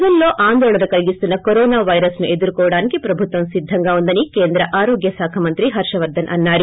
ప్రజలలో ఆందోళన కలిగిస్తున్న కరోనాపైరస్ ను ఎదుర్కోవటానికి ప్రభుత్వం సిద్దంగా ఉందని కేంద్ర ఆరోగ్య శాఖ మంత్రి హర్షవర్గస్ అన్నారు